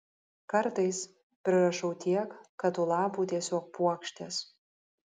kartais prirašau tiek kad tų lapų tiesiog puokštės